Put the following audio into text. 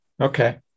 Okay